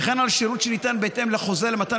וכן על שירות שניתן בהתאם לחוזה למתן